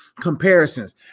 comparisons